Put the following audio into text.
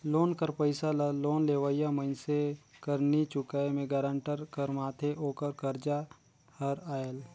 loan कर पइसा ल लोन लेवइया मइनसे कर नी चुकाए में गारंटर कर माथे ओकर करजा हर आएल